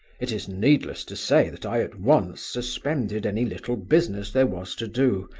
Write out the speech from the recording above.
it is needless to say that i at once suspended any little business there was to do,